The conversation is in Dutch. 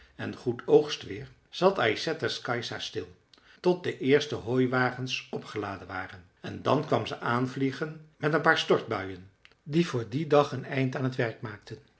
en goed oogstweer zat ysätters kajsa stil tot de eerste hooiwagens opgeladen waren en dan kwam ze aanvliegen met een paar stortbuien die voor dien dag een eind aan het werk maakten